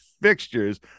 fixtures